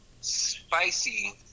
Spicy